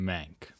Mank